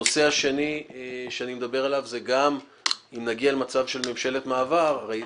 הנושא השני שאני מדבר עליו הוא שגם אם נגיע למצב של ממשלת מעבר הרי